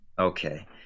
Okay